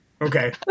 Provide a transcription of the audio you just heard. Okay